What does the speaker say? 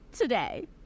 today